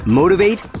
motivate